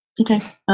Okay